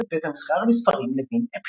ייסד את בית המסחר לספרים לוין אפשטיין.